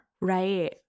Right